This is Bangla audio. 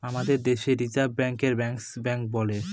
আমাদের দেশে রিসার্ভ ব্যাঙ্কে ব্যাঙ্কার্স ব্যাঙ্ক বলে